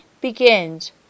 begins